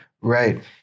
Right